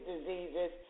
diseases